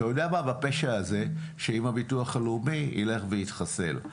ובפשע הזה, שאם הביטוח הלאומי ילך ויתחסל.